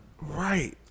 Right